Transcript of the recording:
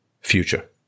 future